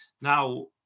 Now